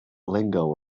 lingo